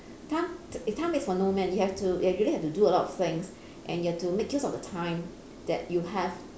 time time is for no man you have to you really have to do a lot things and you have to make use of the time that you have